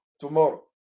tomorrow